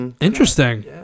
interesting